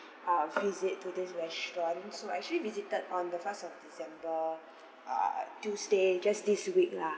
uh visit to this restaurant so I actually visited on the first of december uh tuesday just this week lah